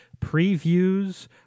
previews